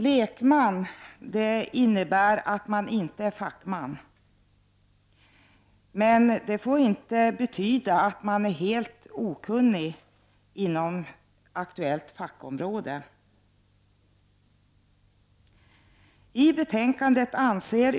Lekman innebär att man inte är fackman, men det får inte betyda att man är helt okunnig inom det aktuella fackområdet.